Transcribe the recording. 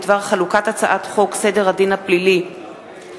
בדבר חלוקת הצעת חוק סדר הדין הפלילי (חלוקת